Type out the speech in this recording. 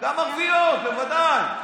גם ערביות, בוודאי.